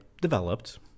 developed